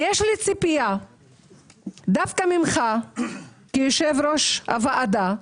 יש לי ציפייה דווקא ממך, יושב ראש הוועדה,